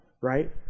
right